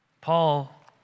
Paul